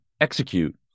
execute